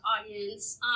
audience